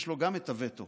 יש לו גם את הווטו,